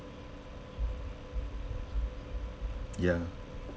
ya